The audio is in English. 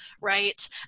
right